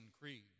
Creed